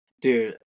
Dude